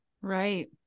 Right